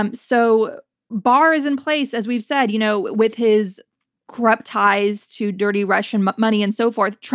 um so barr is in place, as we've said you know with his corrupt ties to dirty russian but money and so forth.